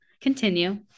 continue